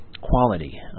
quality